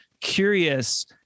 curious